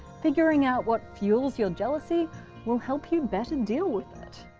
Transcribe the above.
figuring out what fuels your jealousy will help you better deal with it.